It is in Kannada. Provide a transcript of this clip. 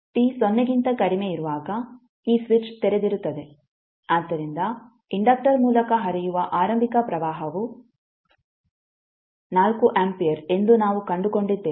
t ಸೊನ್ನೆಗಿಂತ ಕಡಿಮೆ ಇರುವಾಗ ಈ ಸ್ವಿಚ್ ತೆರೆದಿರುತ್ತದೆ ಆದ್ದರಿಂದ ಇಂಡಕ್ಟರ್ ಮೂಲಕ ಹರಿಯುವ ಆರಂಭಿಕ ಪ್ರವಾಹವು 4 ಆಂಪಿಯರ್ ಎಂದು ನಾವು ಕಂಡುಕೊಂಡಿದ್ದೇವೆ